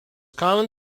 common